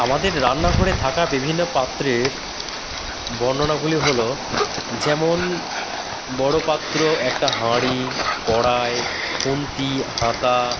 আমাদের রান্নাঘরে থাকা বিভিন্ন পাত্রের বর্ণনাগুলি হলো যেমন বড়ো পাত্র একটা হাঁড়ি কড়াই খুন্তি হাতা